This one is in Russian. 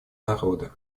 народа